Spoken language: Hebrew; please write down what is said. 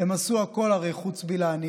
הם עשו הכול, הרי, חוץ מלהנהיג.